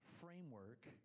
framework